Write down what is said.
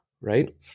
right